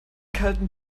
kalten